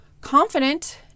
confident